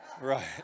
Right